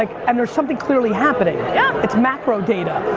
like and, there's something clearly happening. yeah it's macro data.